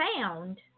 found